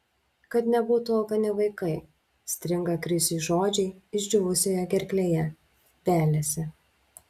kad nebūtų alkani vaikai stringa krisiui žodžiai išdžiūvusioje gerklėje veliasi